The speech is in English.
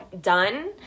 done